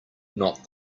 not